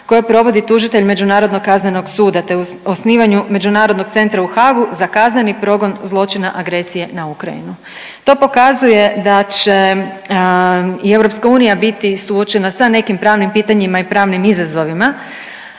koje provodi tužitelj Međunarodno kaznenog suda, te u osnivanju Međunarodnog centra u Hagu za kazneni progon zločina agresije na Ukrajinu. To pokazuje da će i EU biti suočena sa nekim pravnim pitanjima i pravnim izazovima